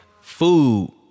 Food